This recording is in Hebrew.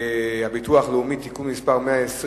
לתיקון פקודת העיריות (מס'